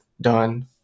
done